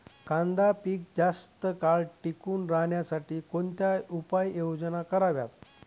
कांदा पीक जास्त काळ टिकून राहण्यासाठी कोणत्या उपाययोजना कराव्यात?